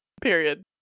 Period